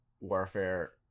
warfare